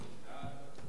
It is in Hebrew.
סעיפים 1